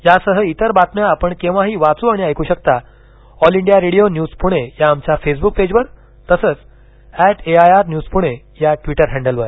यासह इतर बातम्या आपण केव्हाही वाचू ऐकू शकता All India Radio News Pune या आमच्या फेसबुक पेजवर तसंच ऐंट एआयआर न्यूज पुणे या ट्विटर हैंडलवर